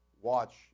watch